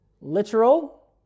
Literal